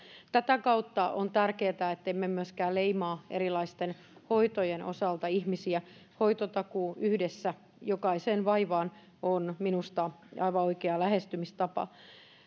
tätä kautta on tärkeätä ettemme myöskään leimaa erilaisten hoitojen osalta ihmisiä hoitotakuu yhdessä jokaiseen vaivaan on minusta aivan oikea lähestymistapa